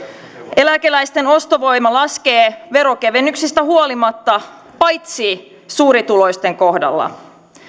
eläkeläisten ostovoima laskee verokevennyksistä huolimatta paitsi suurituloisten kohdalla